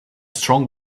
strong